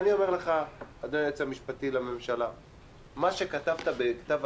אני אגיד לך במה זה קשור.